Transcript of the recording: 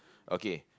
okay